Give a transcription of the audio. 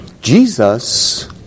Jesus